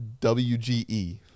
WGE